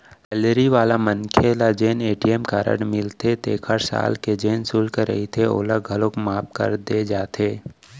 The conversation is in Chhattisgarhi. सेलरी वाला मनखे ल जेन ए.टी.एम कारड मिलथे तेखर साल के जेन सुल्क रहिथे ओला घलौक माफ कर दे जाथे